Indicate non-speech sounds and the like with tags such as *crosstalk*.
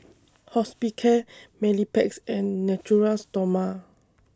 Hospicare *unintelligible* and Natura Stoma